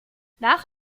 nach